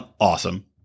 awesome